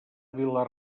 vila